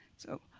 so,